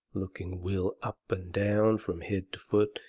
looking will up and down from head to foot,